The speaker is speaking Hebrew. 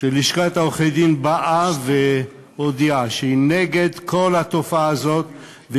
שלשכת עורכי-הדין באה והודיעה שהיא נגד כל התופעה הזאת,